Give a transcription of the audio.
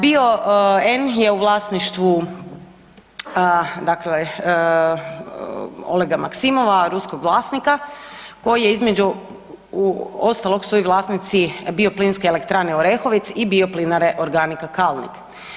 Bioen je u vlasništvu dakle Olega Maksimova, ruskog vlasnika koji je, između ostalog su i vlasnici „Bioplinske elektrane Orehovec“ i „Bioplinare organica Kalnik“